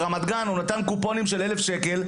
ברמת גן הוא נתן קופונים של 1,000 שקל.